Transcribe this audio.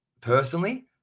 personally